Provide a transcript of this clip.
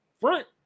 front